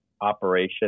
operation